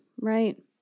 right